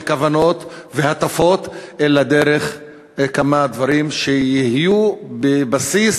כוונות והטפות אלא דרך כמה דברים שיהיו בבסיס